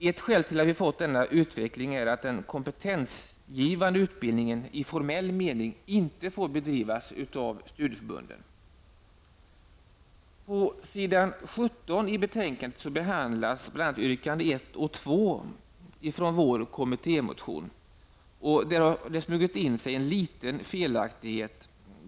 Ett skäl till att vi fått denna utveckling är att den kompetensgivande utbildningen, i formell mening, inte får bedrivas av studieförbunden. och 2 från vår kommittémotion. Det har där smugit in sig en liten felaktighet.